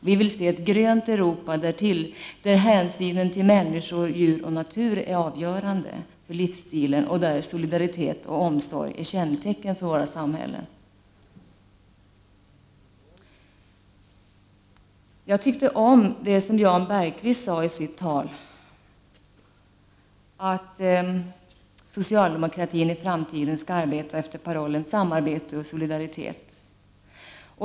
Vi vill se ett grönt Europa där hänsynen till människor, djur och natur är avgörande för livsstilen och där solidaritet och omsorg är kännetecken för våra samhällen. Jag tyckte om det som Jan Bergqvist sade i sitt tal, att socialdemokratin i framtiden skall arbeta efter parollen samarbete och solidaritet.